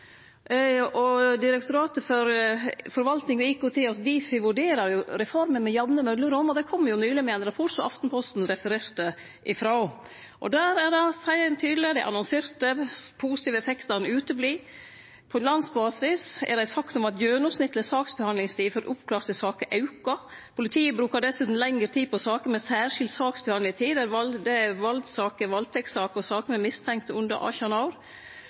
den. Direktoratet for forvaltning og ikt, Difi, vurderer reformer med jamne mellomrom, og dei kom nyleg med ein rapport som Aftenposten refererte frå. Der seier ein tydeleg at dei annonserte positive effektane kjem ikkje. På landsbasis er det eit faktum at gjennomsnittleg saksbehandlingstid for oppklåra saker aukar. Politiet brukar dessutan lengre tid på saker med særskilt saksbehandlingstid – valdssaker, valdtektssaker og saker med mistenkte under 18 år.